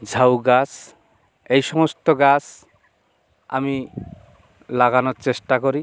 ঝাউ গাছ এই সমস্ত গাছ আমি লাগানোর চেষ্টা করি